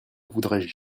voudrais